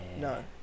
No